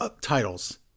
titles